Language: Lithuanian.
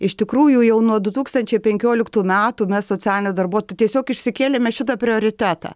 iš tikrųjų jau nuo du tūkstančiai penkioliktų metų mes socialiniai darbuotojai tiesiog išsikėlėme šitą prioritetą